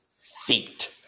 feet